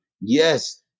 Yes